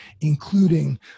including